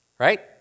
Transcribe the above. Right